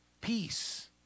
peace